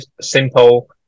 simple